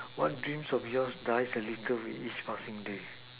what dreams of yours drive a little bit each passing day